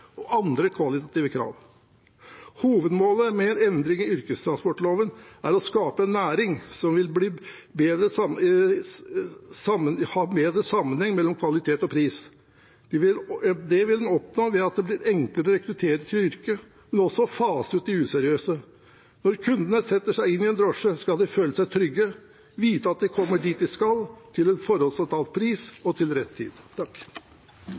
og andre kvalitative krav. Hovedmålet med en endring i yrkestransportloven er å skape en næring som vil ha bedre sammenheng mellom kvalitet og pris. Det vil en oppnå ved at det blir enklere å rekruttere til yrket, men også å fase ut de useriøse. Når kundene setter seg inn i en drosje, skal de føle seg trygge og vite at de kommer dit de skal, til en forhåndsavtalt pris